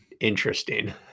interesting